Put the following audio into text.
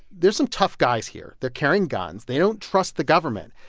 there's some tough guys here. they're carrying guns. they don't trust the government,